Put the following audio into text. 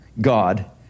God